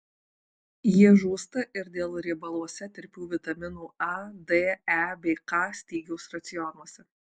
jie žūsta ir dėl riebaluose tirpių vitaminų a d e bei k stygiaus racionuose